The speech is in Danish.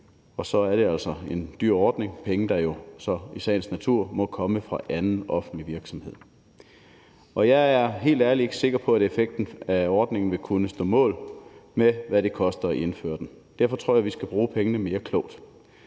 og så er det altså en dyr ordning – penge, der jo så i sagens natur må komme fra anden offentlig virksomhed. Og jeg er helt ærligt ikke sikker på, at effekten af ordningen vil kunne stå mål med, hvad det koster at indføre den. Derfor tror jeg, at vi skal bruge pengene mere klogt.